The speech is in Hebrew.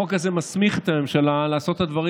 החוק הזה מסמיך את הממשלה לעשות את הדברים